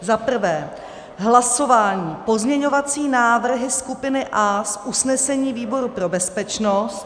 1. hlasování pozměňovací návrhy skupiny A z usnesení výboru pro bezpečnost;